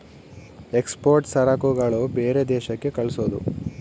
export ಸರಕುಗಳನ್ನ ಬೇರೆ ದೇಶಕ್ಕೆ ಕಳ್ಸೋದು